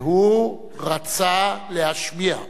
והוא רצה להשמיע.